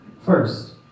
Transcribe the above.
first